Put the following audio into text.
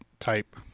type